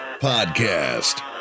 Podcast